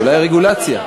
אולי רגולציה.